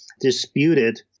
disputed